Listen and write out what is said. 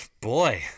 Boy